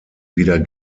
wieder